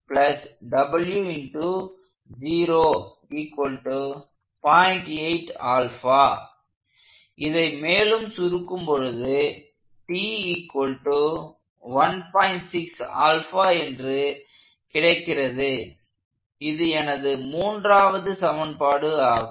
இதை மேலும் சுருக்கும் பொழுது என்று கிடைக்கிறது இது எனது மூன்றாவது சமன்பாடு ஆகும்